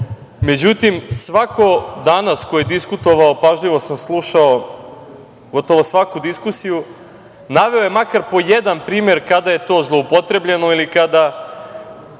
svako ko je danas diskutovao, pažljivo sam slušao, gotovo svaku diskusiju, naveo je makar po jedan primer kada je to zloupotrebljeno ili kada